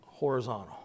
horizontal